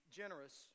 generous